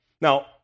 Now